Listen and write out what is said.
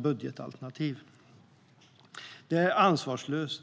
beräkning av stats-inkomsternaDet är ansvarslöst.